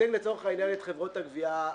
לצורך העניין, אני מייצג את חברות הגבייה הקטנות.